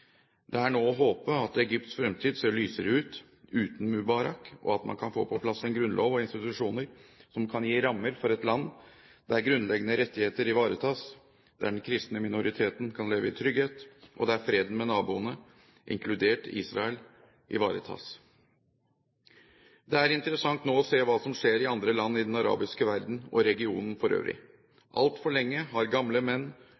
Det er nå å håpe at Egypts fremtid ser lysere ut uten Mubarak, og at man kan få på plass en grunnlov og institusjoner som kan gi rammer for et land der grunnleggende rettigheter ivaretas, der den kristne minoriteten kan leve i trygghet, og der freden med naboene, inkludert Israel, ivaretas. Det er nå interessant å se hva som skjer i andre land i den arabiske verden og i regionen for øvrig. Altfor lenge har gamle menn